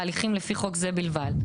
בהליכים לפי חוק זה בלבד,